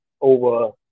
over